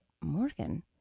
Morgan